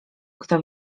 kto